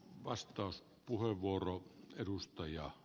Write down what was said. arvoisa puhemies